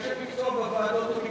אנשי מקצוע בוועדות מכאן,